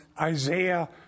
Isaiah